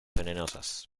venenosas